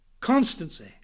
constancy